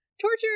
Torture